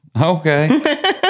Okay